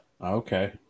Okay